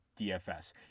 DFS